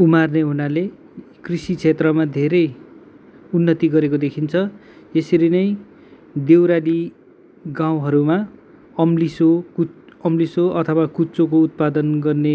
उमार्ने हुनाले कृषि क्षेत्रमा धेरै उन्नति गरेको देखिन्छ यसरी नै देउराली गाउँहरूमा अम्लिसो अम्लिसो अथवा कुच्चोको उत्पादन गर्ने